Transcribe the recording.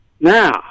Now